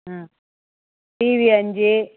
ம் டிவி அஞ்சு